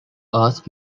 ask